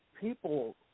people –